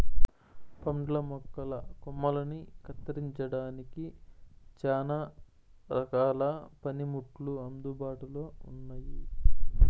పండ్ల మొక్కల కొమ్మలని కత్తిరించడానికి చానా రకాల పనిముట్లు అందుబాటులో ఉన్నయి